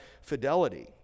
fidelity